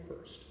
first